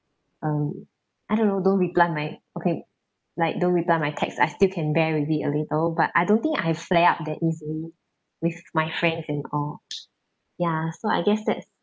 um I don't know don't reply my okay like don't reply my text I still can bare with it a little but I don't think I flare up that easily with my friends and all ya so I guess that's